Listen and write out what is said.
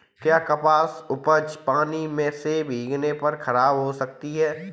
क्या कपास की उपज पानी से भीगने पर खराब हो सकती है?